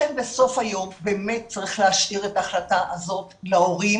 לכן בסוף היום צריך להשאיר את ההחלטה הזאת להורים